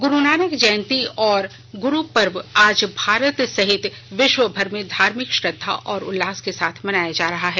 ग्रु नानक जयंती और ग्रु पर्व आज भारत सहित विश्वभर में धार्मिक श्रद्धा और उल्लास के साथ मनाया जा रहा है